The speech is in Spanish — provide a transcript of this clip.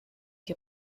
que